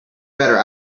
better